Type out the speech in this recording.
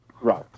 right